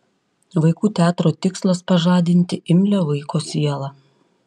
vaikų teatro tikslas pažadinti imlią vaiko sielą